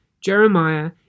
Jeremiah